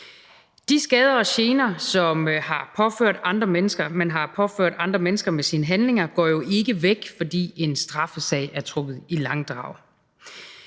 De skader og gener, som man har påført andre mennesker med sine handlinger, går jo ikke væk, fordi en straffesag er trukket i langdrag.